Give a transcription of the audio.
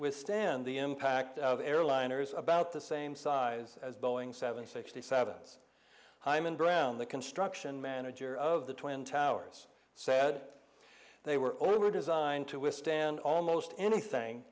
withstand the impact of airliners about the same size as boeing seven sixty seven s hyman brown the construction manager of the twin towers said they were or were designed to withstand almost anything